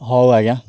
ହଉ ଆଜ୍ଞା